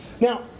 Now